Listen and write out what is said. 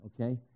okay